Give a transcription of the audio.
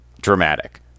dramatic